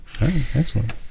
excellent